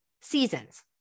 seasons